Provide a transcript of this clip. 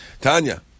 Tanya